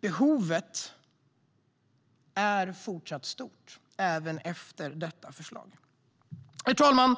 Behovet är fortsatt stort även efter detta förslag. Herr talman!